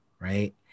right